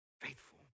faithful